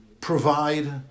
provide